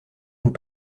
vous